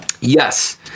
Yes